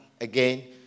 Again